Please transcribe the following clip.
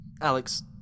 Alex